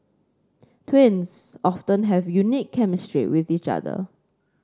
twins often have a unique chemistry with each other